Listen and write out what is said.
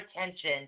attention